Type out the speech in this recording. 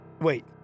Wait